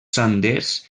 senders